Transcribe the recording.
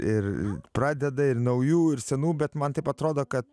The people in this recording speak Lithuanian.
ir pradeda ir naujų ir senų bet man taip atrodo kad